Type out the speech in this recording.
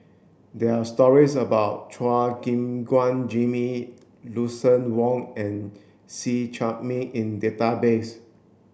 there are stories about Chua Gim Guan Jimmy Lucien Wang and See Chak Mun in database